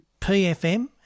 PFM